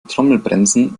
trommelbremsen